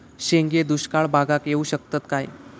शेंगे दुष्काळ भागाक येऊ शकतत काय?